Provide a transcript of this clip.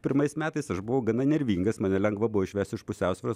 pirmais metais aš buvau gana nervingas mane lengva buvo išvest iš pusiausvyros